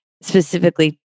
specifically